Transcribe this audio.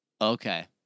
Okay